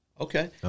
Okay